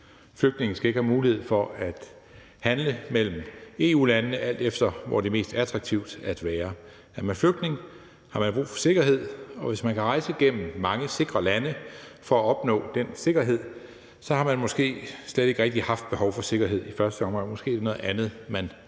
Flygtninge skal ikke have mulighed for at handle rundt mellem EU-landene, alt efter hvor det er mest attraktivt at være. Er man flygtning, har man brug for sikkerhed, og hvis man kan rejse gennem mange sikre lande for at opnå den sikkerhed, har man måske slet ikke rigtig haft behov for sikkerhed i første omgang. Måske er det i virkeligheden